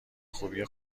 خوبیه